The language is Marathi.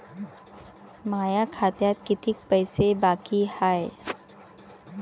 माया खात्यात कितीक पैसे बाकी हाय?